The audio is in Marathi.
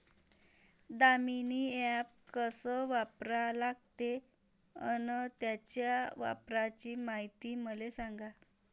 दामीनी ॲप कस वापरा लागते? अन त्याच्या वापराची मायती मले सांगा